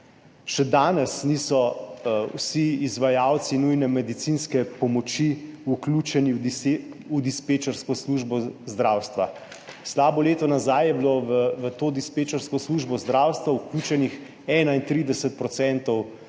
Še danes niso vsi izvajalci nujne medicinske pomoči vključeni v dispečersko službo zdravstva. Slabo leto nazaj je bilo v to dispečersko službo zdravstva vključenih 31